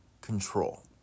control